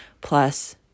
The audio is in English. plus